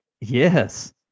yes